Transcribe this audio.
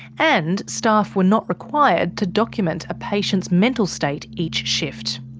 and staff were not required to document a patient's mental state each shift.